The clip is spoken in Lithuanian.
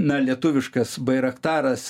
na lietuviškas bairaktaras